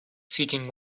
seeking